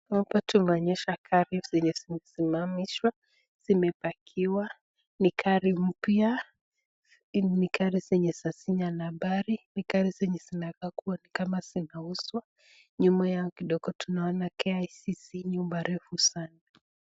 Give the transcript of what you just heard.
Hapa tunaonyeshwa gari zenye zimesimamaishwa zimepakiwa ni gari mpya ni gari zenye hazina nambari ni gari zenye zinakaa kuwa ni kama zinauzwa nyuma yao tunaona kicc nyumba refu sana.